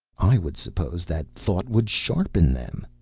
i would suppose that thought would sharpen them.